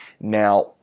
now